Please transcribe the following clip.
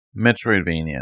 Metroidvania